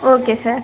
okay sir